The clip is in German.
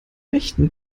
rechten